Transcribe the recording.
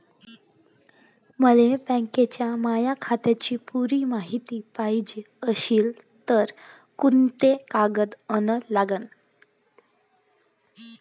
मले बँकेच्या माया खात्याची पुरी मायती पायजे अशील तर कुंते कागद अन लागन?